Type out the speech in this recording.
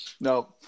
No